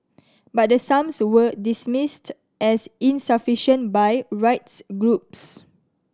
but the sums were dismissed as insufficient by rights groups